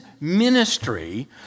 ministry